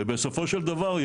ובסופו של דבר,